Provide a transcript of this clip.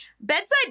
bedside